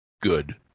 good